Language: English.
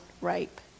rape